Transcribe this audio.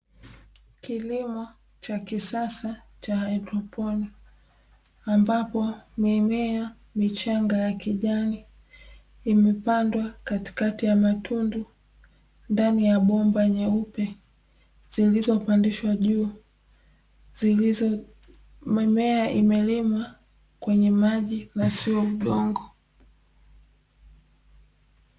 Kilimo cha kisasa cha haidroponi ambapo mimea ya kijani imepandwa katikati ya matundu ndani ya bomba nyeupe zilizopandishwa juu, mimea imelimwa kwenye maji na sio udongo.